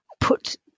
put